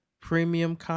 premium